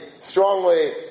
strongly